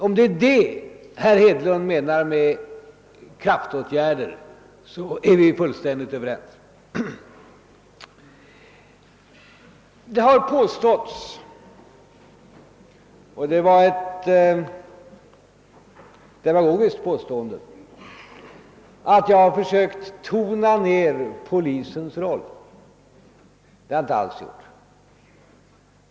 Om det är det herr Hedlund menar med kraftåtgärder, är vi fullständigt överens. Det har påståtts — det var ett demagogiskt påstående — att jag hade försökt tona ned polisens roll. Det har jag inte alls gjort.